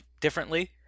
differently